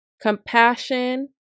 Compassion